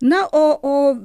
na o o